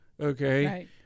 okay